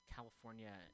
California